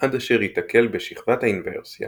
עד אשר יתקל בשכבת האינוורסיה